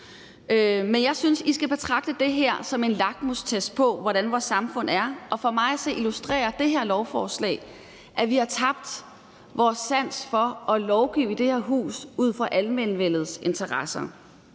Men jeg synes, I skal betragte det her som en lakmustest på, hvordan vores samfund er. Og for mig at se illustrerer det her lovforslag, at vi har tabt vores sans for at lovgive ud fra almenvellets interesser